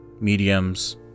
mediums